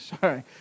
Sorry